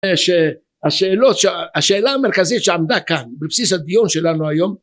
שהשאלה המרכזית שעמדה כאן בבסיס הדיון שלנו היום